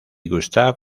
gustav